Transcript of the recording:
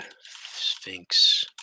Sphinx